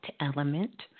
element